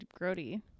grody